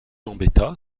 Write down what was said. gambetta